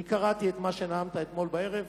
קראתי את מה שנאמת אתמול בערב,